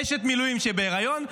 אשת מילואים בהיריון,